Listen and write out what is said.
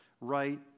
right